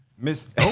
Miss